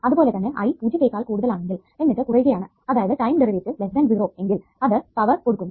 അതുപോലെ തന്നെ I പൂജ്യത്തെക്കാൾ കൂടുതൽ ആണെങ്കിൽ എന്നിട്ട് കുറയുകയാണ് അതാണ് ടൈം ഡെറിവേറ്റീവ് 0 എങ്കിൽ അത് പവർ കൊടുക്കുന്നു